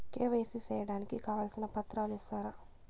KYC సేయడానికి కావాల్సిన పత్రాలు ఇస్తారా?